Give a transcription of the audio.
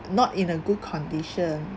not in a good condition